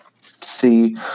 see